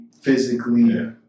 physically